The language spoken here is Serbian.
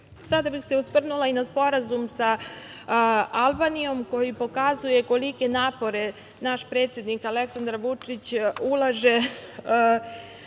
bih se osvrnula i na sporazum sa Albanijom koji pokazuje kolike napore naš predsednik Aleksandar Vučić ulaže